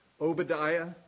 Obadiah